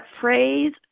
phrase